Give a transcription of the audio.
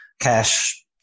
cash